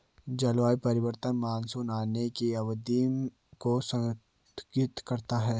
जलवायु परिवर्तन मानसून आने की अवधि को स्थगित करता है